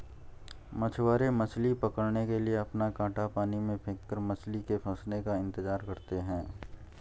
मछुआरे मछली पकड़ने के लिए अपना कांटा पानी में फेंककर मछली के फंसने का इंतजार करते है